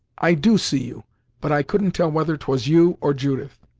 i do see you but i couldn't tell whether twas you, or judith.